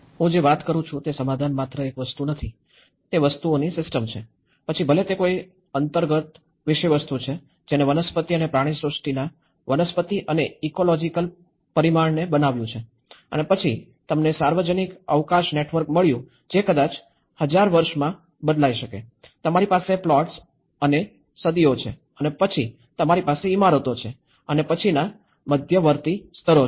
હું જે વાત કરું છું તે સમાધાન માત્ર એક વસ્તુ નથી તે વસ્તુઓની સિસ્ટમ છે પછી ભલે તે કોઈ અંતર્ગત વિષયવસ્તુ છે જેને વનસ્પતિ અને પ્રાણીસૃષ્ટિના વનસ્પતિ અને ઇકોલોજીકલ પરિમાણને બનાવ્યું છે અને પછી તમને સાર્વજનિક અવકાશ નેટવર્ક મળ્યું જે કદાચ હજાર વર્ષમાં બદલાઈ શકે તમારી પાસે પ્લોટ્સ અને સદીઓ છે અને પછી તમારી પાસે ઇમારતો છે અને પછીના મધ્યવર્તી સ્તરો છે